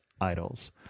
idols